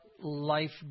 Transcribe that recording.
life